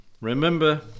Remember